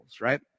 right